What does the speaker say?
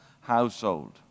household